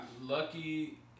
lucky